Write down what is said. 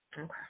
Okay